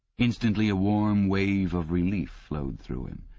instantly a warm wave of relief flowed through him.